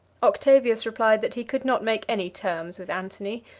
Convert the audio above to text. octavius replied that he could not make any terms with antony,